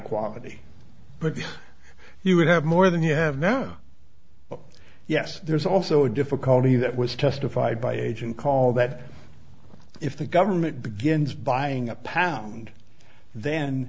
quality but you would have more than you have no yes there is also difficulty that was justified by agent call that if the government begins buying a pound then